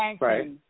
Right